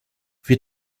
wir